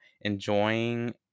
Enjoying